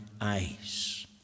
eyes